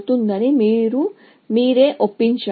కాబట్టి నేను పెరుగుతున్న వ్యయాన్ని జోడిస్తున్నాను